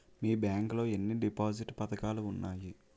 మీ bank లో ఎన్ని deposit పథకాలు ఉన్నాయి?